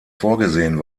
vorgesehen